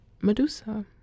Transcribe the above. Medusa